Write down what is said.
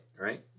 Right